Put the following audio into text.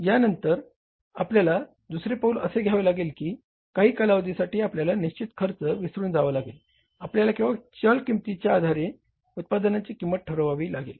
यानंतर आपल्याला दुसरे पाऊल असे घ्यावे लागेल की काही कालावधीसाठी आपल्याला निश्चित खर्च विसरून जावा लागेल आपल्याला केवळ चल किंमतीच्या आधारे उत्पादनाची किंमत ठरवावी लागेल